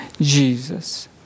Jesus